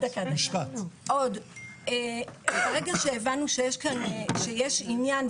ברגע שהבנו שיש עניין,